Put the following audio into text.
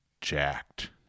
jacked